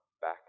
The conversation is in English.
back